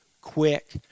quick